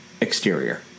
exterior